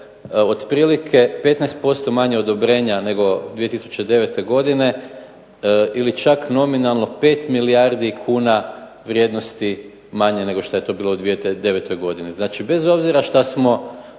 otprilike 15% manje odobrenja nego 2009. godine ili čak nominalno 5 milijardi kuna vrijednosti manje nego što je to bilo u 2009. godini. Dakle, bez obzira što smo